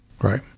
Right